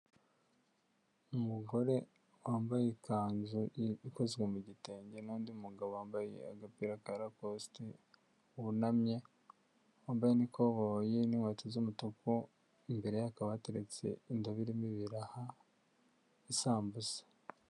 Umugore wambaye ikanzu ikozwe mu gitenge n'undi mugabo wambaye agapira ka rakosita wunamye wambaye n'bikoboyi n'inkweto z'umutuku. Imbere hakaba hateretse indabi irimo ibiraha isambusa.